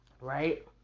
right